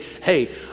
hey